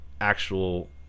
actual